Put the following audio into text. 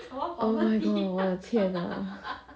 oh my god 天啊